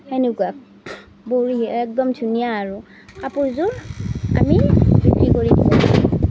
সেনেকুৱা একদম ধুনীয়া আৰু কাপোৰযোৰ আমি বিক্ৰী কৰি দিব পাৰোঁ